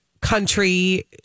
country